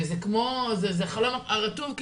זה כמו, זה החלום הרטוב.